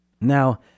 Now